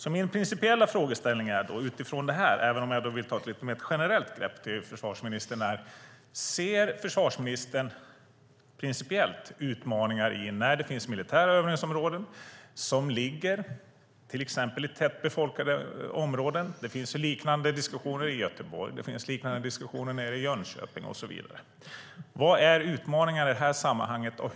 Även om jag vill ta ett lite mer generellt grepp är min principiella fråga till försvarsministern: Ser försvarsministern principiella utmaningar när det finns militära övningsområden som ligger i tätt befolkade områden? Det finns liknande diskussioner i Göteborg och Jönköping. Vilka utmaningar finns i det här sammanhanget?